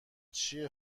چیه